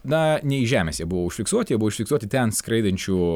na ne iš žemės jie buvo užfiksuoti jie buvo užfiksuoti ten skraidančių